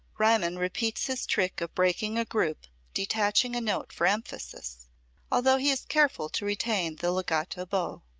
riemann repeats his trick of breaking a group, detaching a note for emphasis although he is careful to retain the legato bow.